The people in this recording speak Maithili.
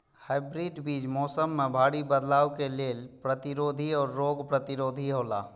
हाइब्रिड बीज मौसम में भारी बदलाव के लेल प्रतिरोधी और रोग प्रतिरोधी हौला